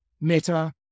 Meta